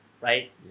right